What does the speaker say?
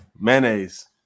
mayonnaise